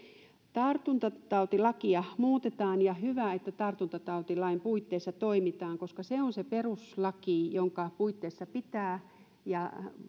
tartuntatautilakia muutetaan ja hyvä että tartuntatautilain puitteissa toimitaan koska se on se peruslaki jonka puitteissa pitää